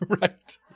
right